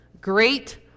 great